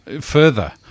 further